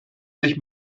sich